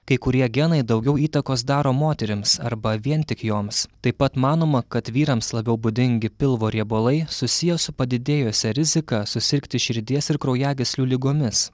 kai kurie genai daugiau įtakos daro moterims arba vien tik joms taip pat manoma kad vyrams labiau būdingi pilvo riebalai susiję su padidėjusia rizika susirgti širdies ir kraujagyslių ligomis